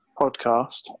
podcast